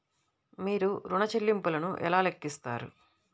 మీరు ఋణ ల్లింపులను ఎలా లెక్కిస్తారు?